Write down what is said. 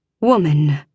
Woman